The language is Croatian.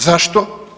Zašto?